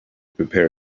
prepare